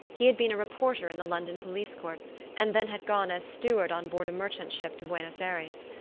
he had been a reporter in the london police courts and then had gone as steward on board a merchant ship to buenos ayres.